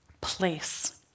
place